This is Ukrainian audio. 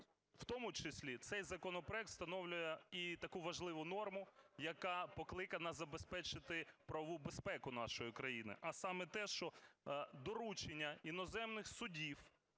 в тому числі цей законопроект встановлює і таку важливу норму, яка покликана забезпечити правову безпеку нашої країни, а саме те, що доручення іноземних судів